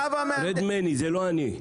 זה לא אני.